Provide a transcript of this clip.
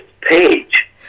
page